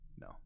no